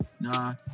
nah